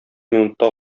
минутта